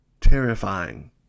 terrifying